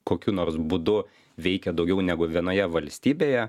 kokiu nors būdu veikia daugiau negu vienoje valstybėje